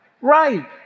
Right